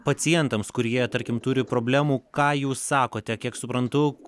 pacientams kurie tarkim turi problemų ką jūs sakote kiek suprantu